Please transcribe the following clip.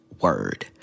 Word